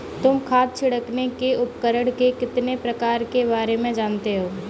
तुम खाद छिड़कने के उपकरण के कितने प्रकारों के बारे में जानते हो?